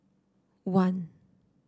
one